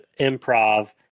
improv